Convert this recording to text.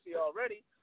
already